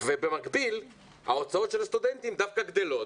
ובמקביל ההוצאות של הסטודנטים דווקא גדלות.